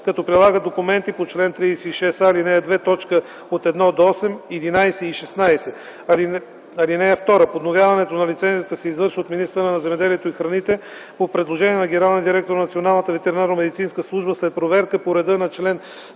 като прилагат документи по чл. 36а, ал. 2, т. 1-8, 11 и 16. (2) Подновяването на лицензията се извършва от министъра на земеделието и храните по предложение на генералния директор на Националната ветеринарномедицинска служба след проверка по реда на чл.